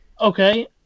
Okay